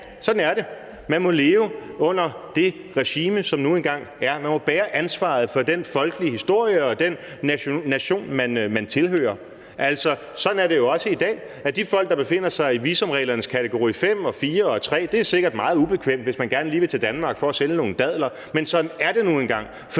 sådan er det. Man må leve under det regime, som nu engang er. Man må bære ansvaret for den folkelige historie og den nation, man tilhører. Sådan er det jo også i dag for de folk, der befinder sig i visumreglernes kategori 5 og 4 og 3, for det er sikkert meget ubekvemt, hvis man gerne lige vil til Danmark for at sælge nogle dadler. Men sådan er det nu engang,